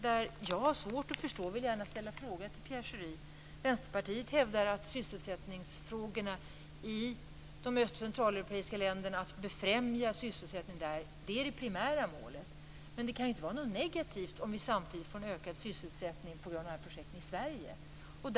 Jag har svårt att förstå inställningen på detta område och vill gärna ställa en fråga till Pierre Schori. Vänsterpartiet hävdar att det primära målet är att befrämja sysselsättningen i de öst och centraleuropeiska länderna, men det kan inte vara något negativt om vi samtidigt får en ökad sysselsättning i Sverige på grund av sådana projekt.